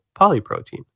polyprotein